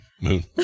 Moon